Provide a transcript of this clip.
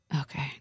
Okay